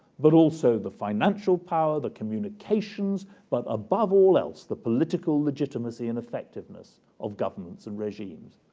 but also the financial power, the communications, but above all else, the political legitimacy and effectiveness of governments and regimes.